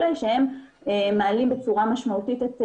שמעלים בצורה משמעותית את